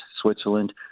Switzerland